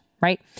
Right